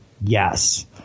Yes